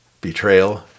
Betrayal